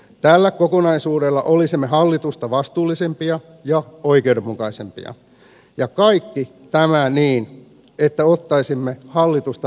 tällä kokonaisuudella olisimme hallitusta vastuullisempia ja oikeudenmukaisempia ja kaikki tämä niin että ottaisimme hallitusta vähemmän velkaa